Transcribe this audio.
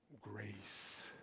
Grace